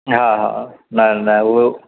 हा हा न न उहो